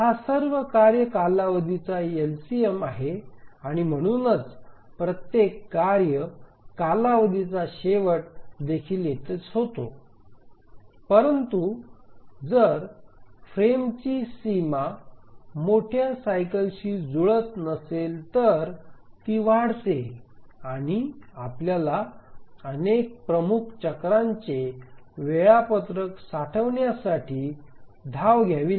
हा सर्व कार्य कालावधीचा एलसीएम आहे आणि म्हणूनच प्रत्येक कार्य कालावधीचा शेवट देखील येथेच होतो परंतु जर फ्रेमची सीमा मोठया सायकलशी जुळत नसेल तर ती वाढते आणि आपल्याला अनेक प्रमुख चक्रांचे वेळापत्रक साठवण्यासाठी धाव घ्यावी